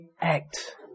act